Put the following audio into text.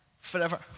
forever